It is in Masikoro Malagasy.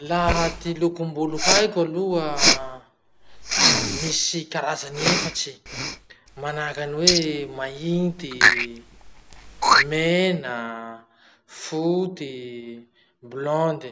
Laha ty lokom-bolo haiko aloha, misy karazany efatsy, manahaky any hoe mainty, mena, foty, blondy.